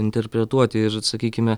interpretuoti ir sakykime